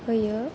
होयो